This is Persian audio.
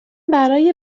برای